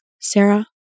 Sarah